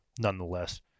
Nonetheless